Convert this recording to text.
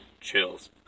Chills